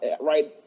Right